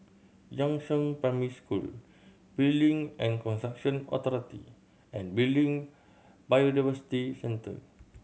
Yangzheng Primary School Building and Construction Authority and Biodiversity Centre